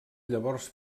llavors